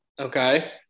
okay